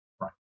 Right